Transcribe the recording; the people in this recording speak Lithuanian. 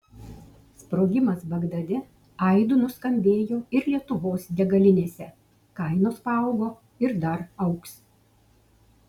sprogimas bagdade aidu nuskambėjo ir lietuvos degalinėse kainos paaugo ir dar augs